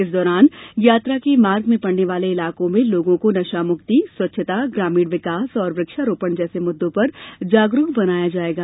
इस दौरान यात्रा के मार्ग में पड़ने वाले इलाकों में लोगों को नशामुक्ति स्वच्छता ग्रामीण विकास और वृक्षारोपण जैसे मुद्दों पर जागरुक बनाया जायेगा